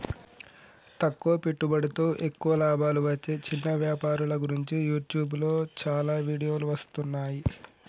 తక్కువ పెట్టుబడితో ఎక్కువ లాభాలు వచ్చే చిన్న వ్యాపారుల గురించి యూట్యూబ్లో చాలా వీడియోలు వస్తున్నాయి